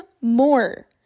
more